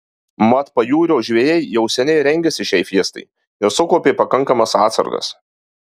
mat pajūrio žvejai jau seniai rengėsi šiai fiestai ir sukaupė pakankamas atsargas